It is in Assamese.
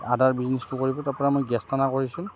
আদাৰ বিজনেচটো কৰিলোঁ তাৰপৰা মই গেছ টনাৰ কাম কৰিছোঁ